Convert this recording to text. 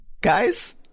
guys